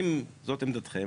אם זו עמדתכם,